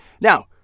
Now